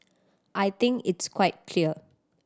I think it's quite clear